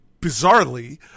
bizarrely